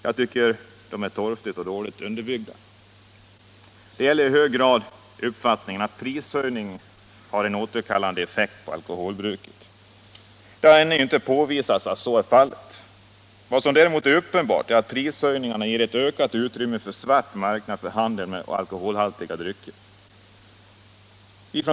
Jag tycker att de är torftiga och dåligt underbyggda. Detta gäller i hög grad uppfattningen att prishöjningar har en återhållande effekt på alkoholbruket. Det har ännu inte påvisats att så verkligen är fallet. Vad som däremot är uppenbart är att prishöjningarna ger ett ökat utrymme åt en svart marknad för handeln med alkoholhaltiga drycker.